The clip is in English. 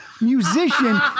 musician